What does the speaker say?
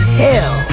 hell